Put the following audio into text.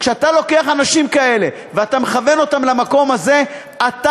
כשאתה לוקח אנשים כאלה ואתה מכוון אותם למקום הזה אתה